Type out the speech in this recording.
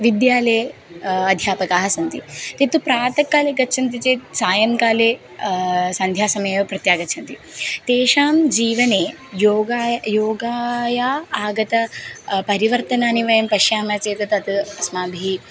विद्यालये अध्यापकाः सन्ति ते तु प्रातःकाले गच्छन्ति चेत् सायङ्काले सन्ध्यासमये एव प्रत्यागच्छन्ति तेषां जीवने योगः योगाय आगतः परिवर्तनानि वयं पश्यामः चेत् तद् अस्माभिः